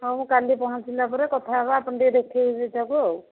ହଉ ମୁଁ କାଲି ପହଞ୍ଚିଲା ପରେ କଥା ହେବା ଆପଣ ଟିକେ ଦେଖିବେ ସେଇଟାକୁ ଆଉ